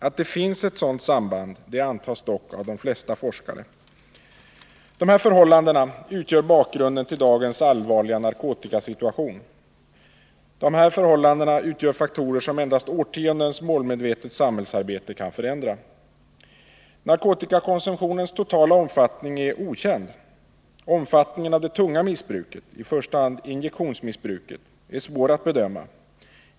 Att det finns ett samband antas dock av de flesta forskare. Dessa förhållanden utgör bakgrunden till dagens allvarliga narkotikasituation. De utgör faktorer som endast årtiondens målmedvetet samhällsarbete kan förändra. Narkotikakonsumtionens totala omfattning är okänd. Omfattningen av det tunga missbruket — i första hand injektionsmissbruket — är svår att bedöma.